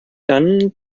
dann